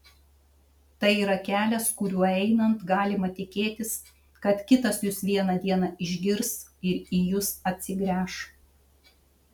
tai yra kelias kuriuo einant galima tikėtis kad kitas jus vieną dieną išgirs ir į jus atsigręš